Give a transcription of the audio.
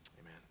Amen